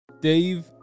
dave